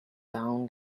down